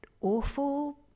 awful